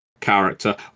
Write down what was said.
character